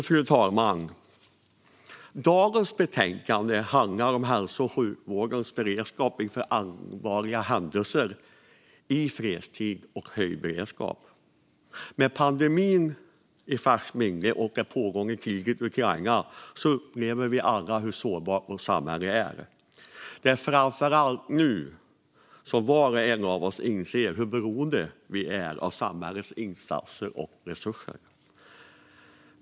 Fru talman! Dagens betänkande handlar om hälso och sjukvårdens beredskap inför allvarliga händelser i fredstid och vid höjd beredskap. Med pandemin i färskt minne och det pågående kriget i Ukraina upplever vi alla hur sårbart vårt samhälle är. Det är framför allt nu som var och en av oss inser hur beroende vi är av samhällets insatser och resurser.